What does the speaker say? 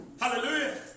Hallelujah